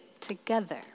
together